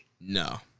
No